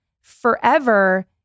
forever